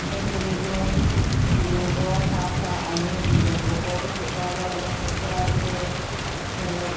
সেই পুলিটো গোবৰ সাৰ চাৰ আনি গোবৰটো শুকুৱাব লাগে শুকুৱাই কৰি অলপ